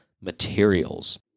materials